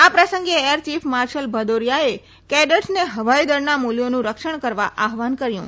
આ પ્રસંગે air chief marshal ભદોરિયાએ કેડેટસને હવાઇ દળના મુલ્યોનું રક્ષણ કરવા આહવાન કર્યુ